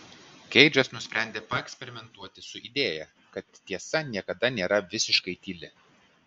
keidžas nusprendė paeksperimentuoti su idėja kad tiesa niekada nėra visiškai tyli